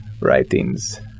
writings